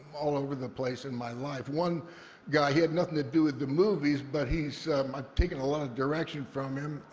all over the place in my life. one guy he had nothing to do with the movies, but i've so ah taken a lot of direction from him.